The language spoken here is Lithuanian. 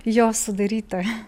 jo sudarytą